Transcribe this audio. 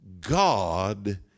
God